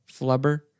Flubber